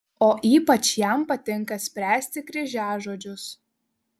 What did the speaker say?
o ypač jam patinka spręsti kryžiažodžius